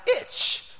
itch